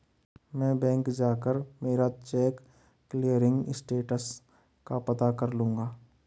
मैं बैंक जाकर मेरा चेक क्लियरिंग स्टेटस का पता कर लूँगा